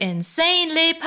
Insanely